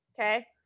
Okay